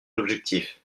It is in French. objectif